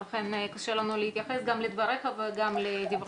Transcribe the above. לכן קשה לנו להתייחס גם לדבריך וגם לדברי נציג האוצר.